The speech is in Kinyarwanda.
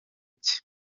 cye